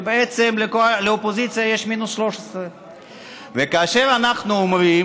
ובעצם לאופוזיציה יש מינוס 13. וכאשר אנחנו אומרים,